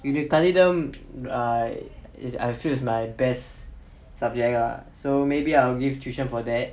இது கணிதம்:ithu kanitham I it's I feel it's my best subject lah so maybe I'll give tuition for that